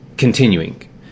Continuing